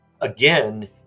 again